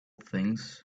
things